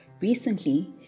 Recently